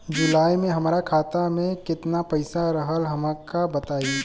जुलाई में हमरा खाता में केतना पईसा रहल हमका बताई?